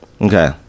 Okay